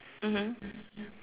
mmhmm